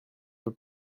peu